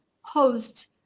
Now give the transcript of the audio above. host